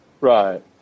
Right